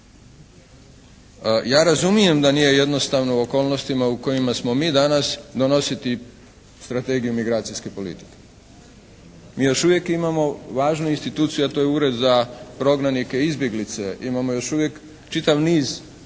Ja razumijem da nije jednostavno u okolnostima u kojima smo mi danas donositi Strategiju migracijske politike. Mi još uvijek imamo važnu instituciju a to je Ured za prognanike i izbjeglice. Imamo još uvijek čitav niz otvorenih